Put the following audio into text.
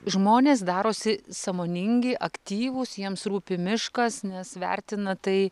žmonės darosi sąmoningi aktyvūs jiems rūpi miškas nes vertina tai